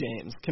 James